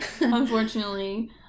unfortunately